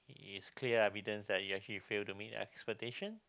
is clear evidence that you actually fail to meet the expectation